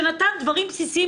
שנתן דברים בסיסיים,